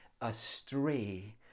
astray